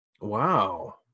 Wow